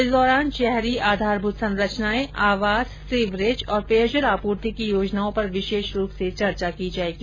इस दौरान शहरी आधारभूत संरचनाएं आवास सीवरेज और पेयजल आपूर्ति की योजनाओं पर विशेष रूप से चर्चा की जायेगी